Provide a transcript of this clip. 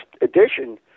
edition